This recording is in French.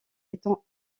étant